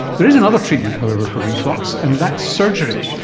there is another treatment, however, for reflux, and that's surgery,